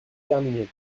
terminé